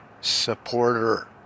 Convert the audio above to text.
supporter